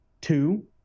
two